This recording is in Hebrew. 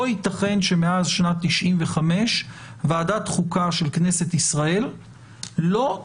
לא ייתכן שמאז שנת 1995 ועדת החוקה של הכנסת לא קיימה